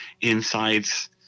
insights